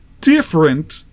different